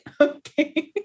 Okay